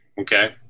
okay